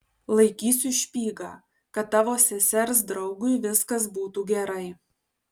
laikysiu špygą kad tavo sesers draugui viskas būtų gerai